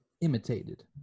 imitated